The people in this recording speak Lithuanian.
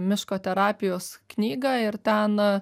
miško terapijos knygą ir ten